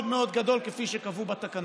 מאוד מאוד גדול, כפי שקבעו בתקנות,